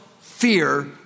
fear